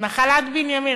נחלת בנימין,